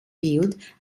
field